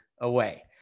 away